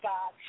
God